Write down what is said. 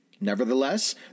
Nevertheless